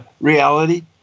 reality